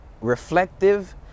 reflective